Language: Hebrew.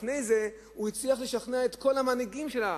לפני זה הוא הצליח לשכנע את כל המנהיגים של העם,